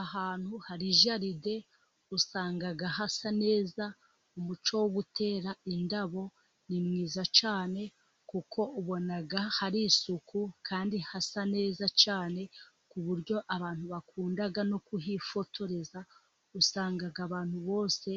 Ahantu hari jaride usanga hasa neza, umuco wo gutera indabo ni mwiza cyane, kuko ubona hari isuku, kandi hasa neza cyane ku buryo abantu bakunda no kuhifotoreza, usanga abantu bose